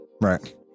Right